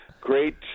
great